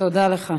תודה לך.